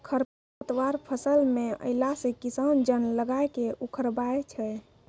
खरपतवार फसल मे अैला से किसान जन लगाय के उखड़बाय छै